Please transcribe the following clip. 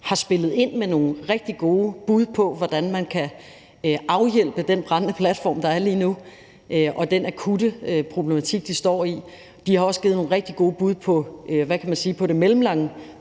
har spillet ind med nogle rigtig gode bud på, hvordan man kan afhjælpe den brændende platform, der er lige nu, og den akutte problematik, de står i. De har også givet nogle rigtig gode bud på det mellemlange